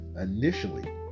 initially